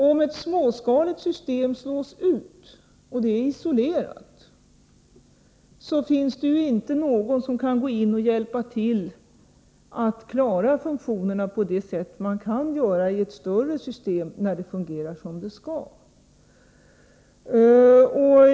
Om ett småskaligt system som är isolerat slås ut, finns det inte någon som kan gå in och hjälpa till att klara dess funktioner på det sätt man kan göra i ett större system, när det fungerar som det skall.